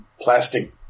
plastic